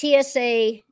tsa